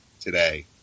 today